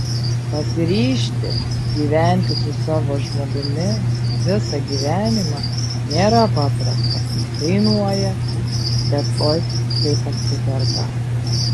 pasiryžti gyventi su savo žmogumi visą gyvenimą nėra paprasta kainuoja bet oi kaip atsiperka